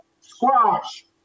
squash